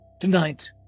Tonight